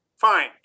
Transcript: Fine